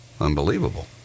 unbelievable